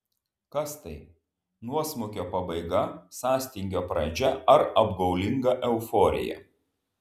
kas tai nuosmukio pabaiga sąstingio pradžia ar apgaulinga euforija